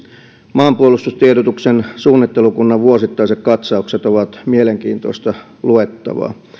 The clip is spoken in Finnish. maanpuolustustiedotuksen suunnittelukunnan vuosittaiset katsaukset ovat mielenkiintoista luettavaa